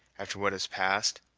after what has passed,